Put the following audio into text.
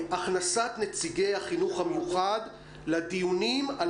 הכנסת נציגי החינוך המיוחד לדיונים על